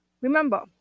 Remember